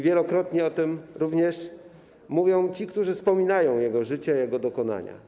Wielokrotnie o tym mówią również ci, którzy wspominają jego życie, jego dokonania.